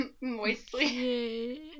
Moistly